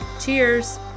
Cheers